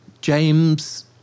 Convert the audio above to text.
James